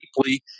deeply